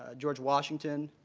ah george washington?